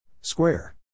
Square